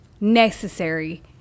necessary